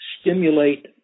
stimulate